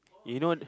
you know